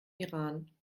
iran